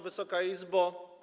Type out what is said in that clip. Wysoka Izbo!